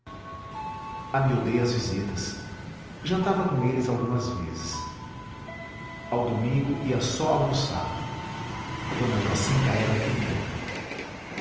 amiudei as visitas jantava com eles algumas vezes ao domingo ia só almoçar d jacinta era um primor